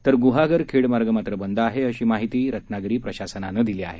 तर गुहागर खेड मार्ग मात्र बंद आहे अशी माहिती रत्नागिरी प्रशासनानं दिली आहे